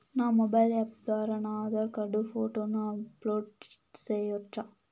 నా mobile app ద్వారా నా ఆధార్ కార్డు ఫోటోను అప్లోడ్ సేయొచ్చా?